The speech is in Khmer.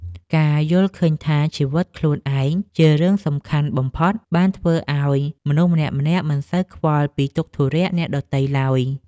ការយល់ឃើញថាជីវិតខ្លួនឯងជារឿងសំខាន់បំផុតបានធ្វើឱ្យមនុស្សម្នាក់ៗមិនសូវខ្វល់ពីទុក្ខធុរៈអ្នកដទៃឡើយ។